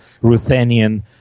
Ruthenian